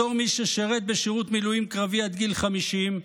בתור מי ששירת בשירות מילואים קרבי עד גיל 50,